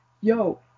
yo